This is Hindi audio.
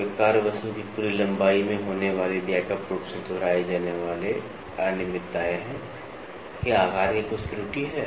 वे कार्यवस्तु की पूरी लंबाई में होने वाली व्यापक रूप से दोहराई जाने वाली अनियमितताएं हैं क्याआकार की कुछ त्रुटि हैं